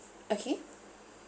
okay